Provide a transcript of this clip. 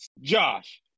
Josh